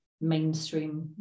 mainstream